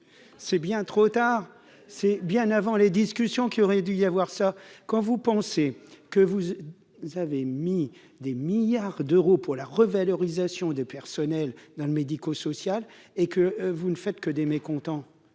c'est bien trop tard, c'est bien avant les discussions qu'il aurait dû y avoir ça, quand vous pensez que vous avez mis des milliards d'euros pour la revalorisation des personnels dans le médico-social et que vous ne faites que des mécontents